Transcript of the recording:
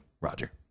Roger